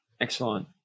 Excellent